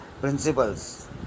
principles